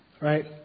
Right